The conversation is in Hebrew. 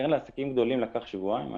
לקרן לעסקים גדולים לקח שבועיים?